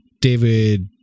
David